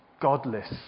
godless